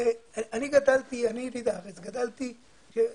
אני יליד הארץ וגדלתי כאן